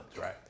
right